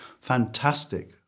fantastic